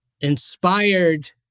inspired